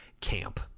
camp